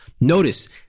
Notice